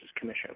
Commission